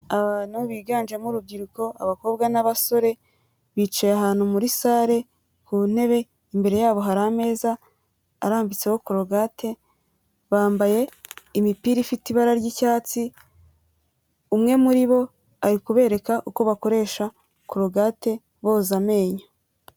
Abantu biganjemo urubyiruko abakobwa n'abasore bicaye ahantu muri sare ku ntebe, imbere yabo hari ameza arambitseho korogate bambaye imipira ifite ibara ry'icyatsi, umwe muri bo ari kubereka uko bakoresha korogate boza amenyo.